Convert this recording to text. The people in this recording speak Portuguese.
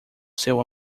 seu